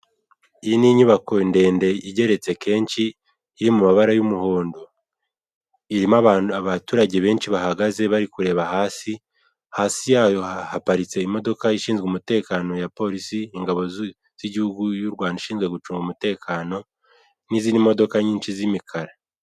Iyi n'inyubako ndende igeretse kenshi, iri mu mabara y'umuhondo. Irimo abaturage benshi bahagaze bari kureba hasi. Hasi yayo haparitse imodoka ishinzwe umutekano ya polisi, ingabo z'igihugu y'u Rwanda ishinzwe umutekano, n'izindi modoka n'izindi modoka nyinshi z'imikara.